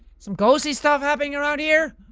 some ghosty stuff happening around here?